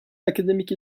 academic